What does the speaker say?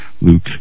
Luke